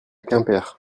quimper